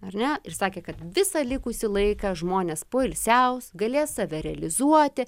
ar ne ir sakė kad visą likusį laiką žmonės poilsiaus galės save realizuoti